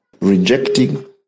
rejecting